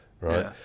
right